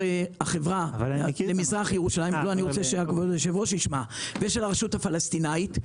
למזרח ירושלים ושל הרשות הפלסטינית.